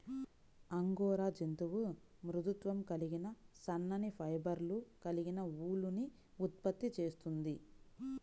angora జంతువు మృదుత్వం కలిగిన సన్నని ఫైబర్లు కలిగిన ఊలుని ఉత్పత్తి చేస్తుంది